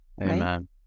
Amen